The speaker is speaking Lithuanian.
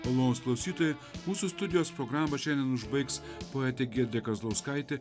plūs klausytojai mūsų studijos programą šiandien užbaigs poete giedre kazlauskaite